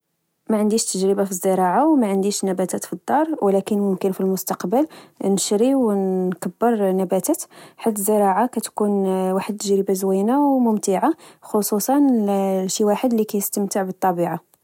معنديش تجربة في الزراعة ومعنديش نباتات فالدار ولكن في المستقبل نشري ونكبر نباتات حيت الزراعة كتكون واحد التجربة زوينة او ممتعة خصوصا لشي واحد الي كيستمتع بالطبيعة